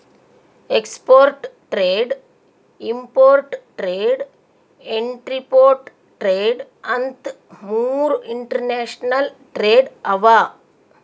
export trade, import trade, entrepot trade ಅಂತ್ ಮೂರ್ international trade ಅವಾ